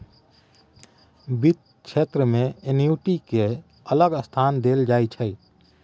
बित्त क्षेत्र मे एन्युटि केँ अलग स्थान देल जाइ छै